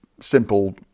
simple